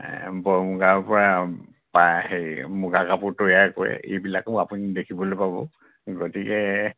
বৰ মুগাৰ পৰা হেৰি মুগা কাপোৰ তৈয়াৰ কৰে এইবিলাকো আপুনি দেখিবলৈ পাব গতিকে